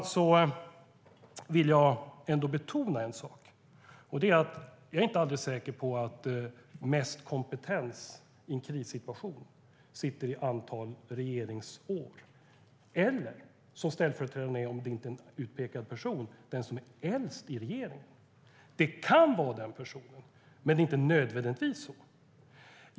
Jag vill ändå betona en sak, och det är att jag inte är alldeles säker på att mest kompetens i en krissituation sitter i antalet regeringsår eller hos den som är äldst, om inte ställföreträdaren är en utpekad person i regeringen. Det kan vara den personen, men det är inte nödvändigtvis så.